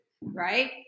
right